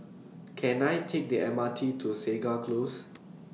Can I Take The M R T to Segar Close